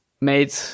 made